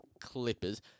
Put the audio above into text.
Clippers